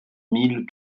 mille